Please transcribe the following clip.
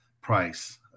price